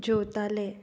जेवताले